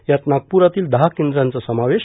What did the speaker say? यात नागपुरातील दहा केंद्राचा समावेश